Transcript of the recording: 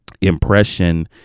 impression